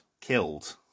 killed